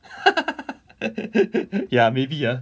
ya maybe ah